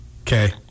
Okay